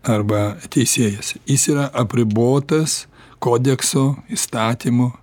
arba teisėjas jis yra apribotas kodekso įstatymo